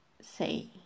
say